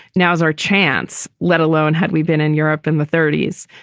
now's our chance, let alone had we been in europe in the thirties.